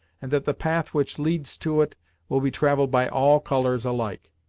and that the path which leads to it will be travelled by all colours alike.